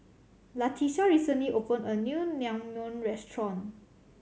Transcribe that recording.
Latisha recently opened a new Naengmyeon Restaurant